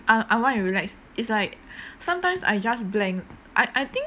un~ unwind and relax it's like sometimes I just blank I I think